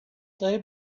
they